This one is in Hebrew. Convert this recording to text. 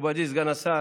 מכובדי סגן השר,